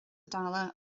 dála